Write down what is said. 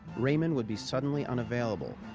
raymond would be suddenly unavailable,